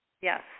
yes